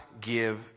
give